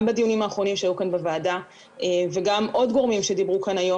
גם בדיונים האחרונים שהיו כאן בוועדה וגם עוד גורמים שדיברו כאן היום,